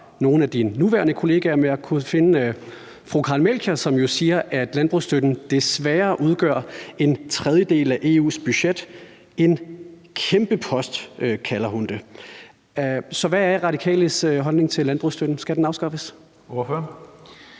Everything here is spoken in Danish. nogen af dine nuværende kollegaer, men jeg kunne finde fru Karen Melchior, som siger, at landbrugsstøtten desværre udgør en tredjedel af EU's budget – en kæmpe post, kalder hun det. Så hvad er Radikales holdning til landbrugsstøtten – skal den afskaffes? Kl.